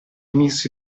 miss